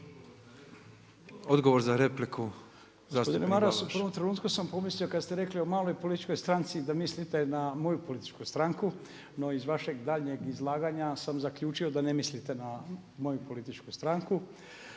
Odgovor na repliku.